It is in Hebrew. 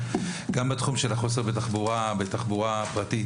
גם בתחום של החוסר בתחבורה פרטית.